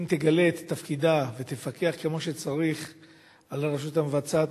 אם תגלה את תפקידה ותפקח כמו שצריך על הרשות המבצעת,